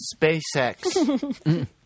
SpaceX